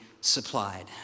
supplied